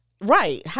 Right